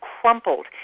crumpled